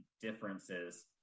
differences